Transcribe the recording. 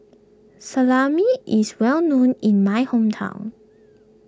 Salami is well known in my hometown